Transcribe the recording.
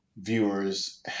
viewers